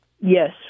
Yes